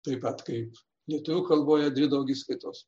taip pat kaip lietuvių kalboje dvi daugiskaitos